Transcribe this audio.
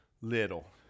little